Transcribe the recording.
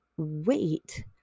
wait